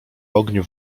ogniu